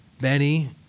Benny